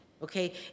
Okay